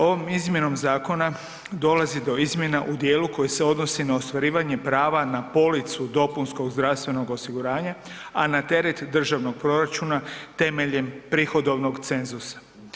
Ovom izmjenom zakona dolazi do izmjena u dijelu koji se odnosi na ostvarivanje prava na policu dopunskog zdravstvenog osiguranja, a na teret državnog proračuna temeljem prihodovnog cenzusa.